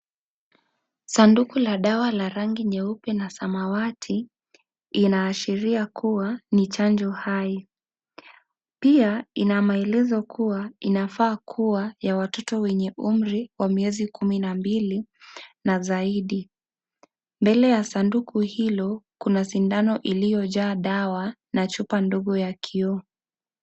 Sanduku la dawa la rangi nyeupe na samawati inaashiria kuwa ni chanjo hai. Pia inamaelezo kuwa inafaa kuwa ya watoto wa umri wa miezi kumi na mbili na zaidi. Mbele ya sanduku hilo kuna sindano iliyojaa dawa na chupa ndogo ya kioo.